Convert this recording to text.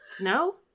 No